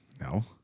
No